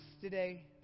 today